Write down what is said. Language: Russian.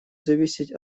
зависеть